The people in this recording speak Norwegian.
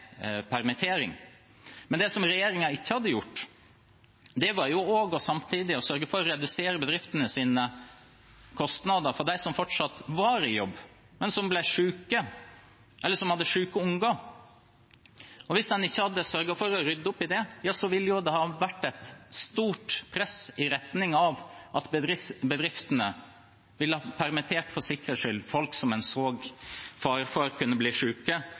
permittering, men det regjeringen ikke hadde gjort, var samtidig å sørge for å redusere bedriftenes kostnader for dem som fortsatt var i jobb, men som ble syke eller hadde syke unger. Hvis en ikke hadde sørget for å rydde opp i det, ville det ha vært et stort press i retning av at bedriftene ville ha permittert for sikkerhets skyld folk som en så sto i fare for å bli